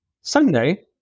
Sunday